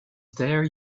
there